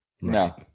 No